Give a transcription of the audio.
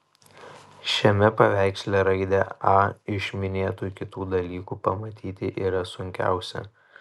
šiame paveiksle raidę a iš minėtų kitų dalykų pamatyti yra sunkiausia